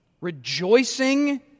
Rejoicing